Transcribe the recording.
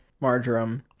marjoram